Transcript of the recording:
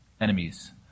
enemies